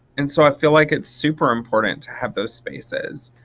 and so i feel like it's super important to have those spaces.